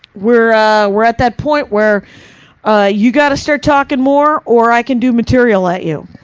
we're ah we're at that point where ah you gotta start talking more, or i can do material at you.